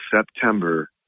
September